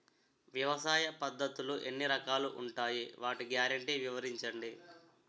వ్యవసాయ పద్ధతులు ఎన్ని రకాలు ఉంటాయి? వాటి గ్యారంటీ వివరించండి?